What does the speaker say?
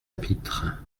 pitre